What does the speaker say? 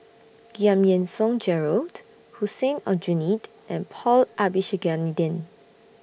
Giam Yean Song Gerald Hussein Aljunied and Paul Abisheganaden